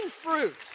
fruit